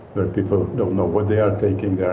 where people don't know what they are taking, yeah